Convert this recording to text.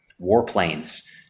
warplanes